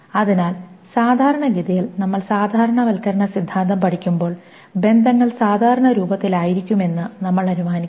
അതിനാൽ സാധാരണഗതിയിൽ നമ്മൾ സാധാരണവൽക്കരണ സിദ്ധാന്തം പഠിക്കുമ്പോൾ ബന്ധങ്ങൾ സാധാരണ രൂപത്തിലായിരിക്കുമെന്ന് നമ്മൾ അനുമാനിക്കും